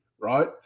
right